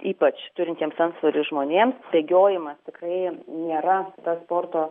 ypač turintiems antsvorio žmonėms bėgiojimas tikrai nėra ta sporto